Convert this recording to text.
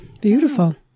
Beautiful